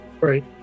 Right